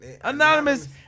Anonymous